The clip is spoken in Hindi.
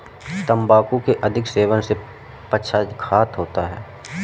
तंबाकू के अधिक सेवन से पक्षाघात होता है